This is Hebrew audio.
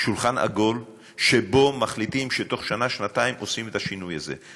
שולחן עגול שבו מחליטים שתוך שנה-שנתיים עושים את השינוי הזה.